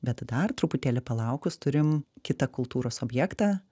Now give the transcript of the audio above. bet dar truputėlį palaukus turim kitą kultūros objektą